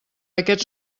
aquests